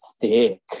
thick